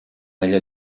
ella